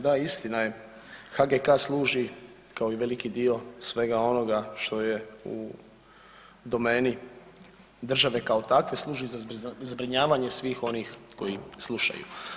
Da istina je HGK služi kao i veliki dio svega onoga što je u domeni kao takve, služi za zbrinjavanje svih onih koji slušaju.